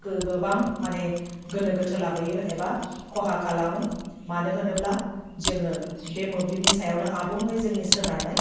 गो गोबां मानि गोनो गोथो लाबोयो एबा खहा खालामो मानो होनोब्ला जोङो बे मोब्लिबनि सायावनो आबुङै जोंनि सोनारनाय